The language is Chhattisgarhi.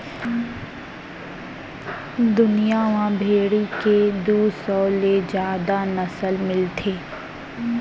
दुनिया म भेड़ी के दू सौ ले जादा नसल मिलथे